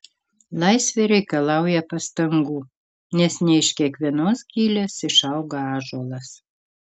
laisvė reikalauja pastangų nes ne iš kiekvienos gilės išauga ąžuolas